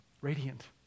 Radiant